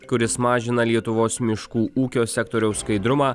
kuris mažina lietuvos miškų ūkio sektoriaus skaidrumą